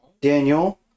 Daniel